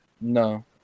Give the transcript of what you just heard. No